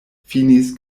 finis